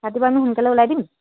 ৰাতিপুৱা আমি সোনকালে ওলাই দিম